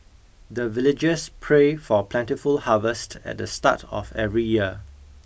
the villagers pray for plentiful harvest at the start of every year